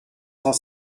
cent